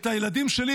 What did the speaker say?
את הילדים שלי,